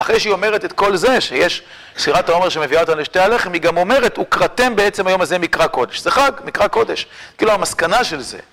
אחרי שהיא אומרת את כל זה, שיש ספירת העומר שמביאה אותה לשתי הלחם, היא גם אומרת, וקראתם בעצם היום הזה מקרא קודש. זה חג, מקרא קודש, כאילו המסקנה של זה.